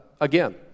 again